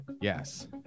Yes